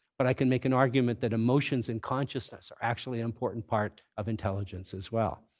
but i can make an argument that emotions in consciousness are actually an important part of intelligence as well.